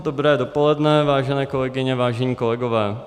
Dobré dopoledne, vážené kolegyně, vážení kolegové.